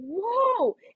Whoa